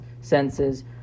senses